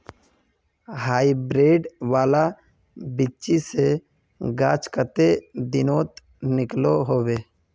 Hybrid वाला बिच्ची से गाछ कते दिनोत निकलो होबे?